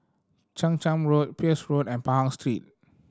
Chang Charn Road Peirce Road and Pahang Street